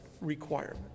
requirement